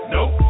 Nope